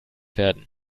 werden